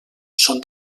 són